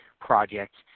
projects